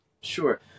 Sure